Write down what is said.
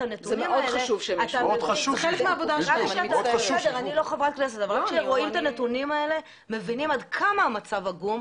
הנתונים האלה מבינים עד כמה המצב עגום.